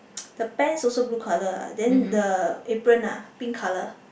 the pants also blue colour lah then the apron lah pink colour